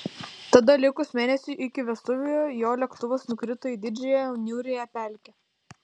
tada likus mėnesiui iki vestuvių jo lėktuvas nukrito į didžiąją niūriąją pelkę